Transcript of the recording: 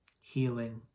Healing